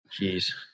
Jeez